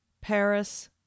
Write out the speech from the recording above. Paris